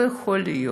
לא יכול להיות